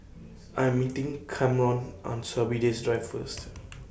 I Am meeting Kamron on Sorby Diss Drive First